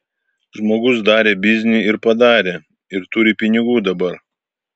žmogus darė biznį ir padarė ir turi pinigų dabar